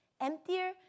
Emptier